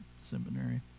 seminary